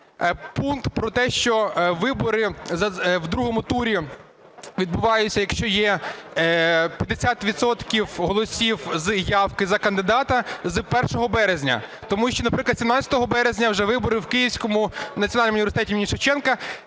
пункт про те, що вибори у другому турі відбуваються, якщо є 50 відсотків голосів з явки за кандидата з 1 березня. Тому що, наприклад, 17 березня вже вибори у Київському національному університеті імені Шевченка.